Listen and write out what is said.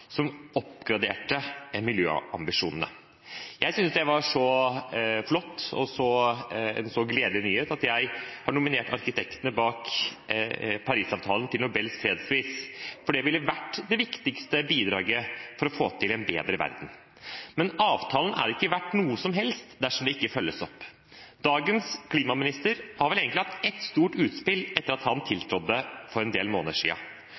som oppgraderte miljøambisjonene. Jeg syntes det var så flott og en så gledelig nyhet at jeg har nominert arkitektene bak Paris-avtalen til Nobels fredspris, for det ville vært det viktigste bidraget for å få til en bedre verden. Men avtalen er ikke verdt noe som helst dersom den ikke følges opp. Dagens klimaminister har vel egentlig hatt ett stort utspill etter at han tiltrådte for en del måneder